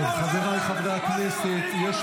תדבר ככה בעזה, לא פה.